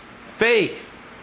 faith